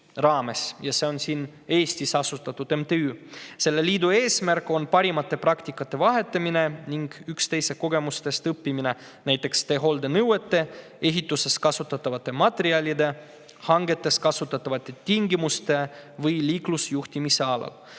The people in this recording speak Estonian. See on siin Eestis asutatud MTÜ. Selle liidu eesmärk on parimate praktikate vahetamine ning üksteise kogemustest õppimine, näiteks teehoolde nõuete, ehituses kasutatavate materjalide, hangetes kasutatavate tingimuste või liiklusjuhtimise alal.